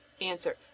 Answer